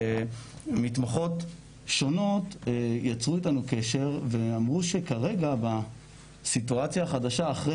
שמתמחות שונות יצרו איתנו קשר ואמרו שכרגע בסיטואציה החדשה אחרי